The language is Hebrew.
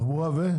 קודם.